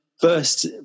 first